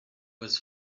was